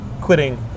quitting